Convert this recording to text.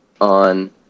on